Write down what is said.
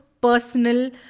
personal